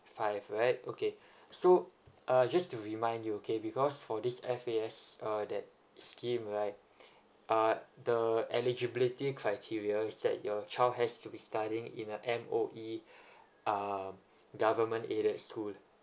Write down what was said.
five right okay so uh just to remind you okay because for this F_A_S uh that scheme right uh the eligibility criteria is that your child has to be studying in a M_O_E um government aided school